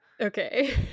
Okay